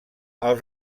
els